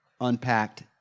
unpacked